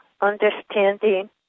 understanding